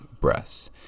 breaths